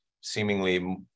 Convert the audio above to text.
seemingly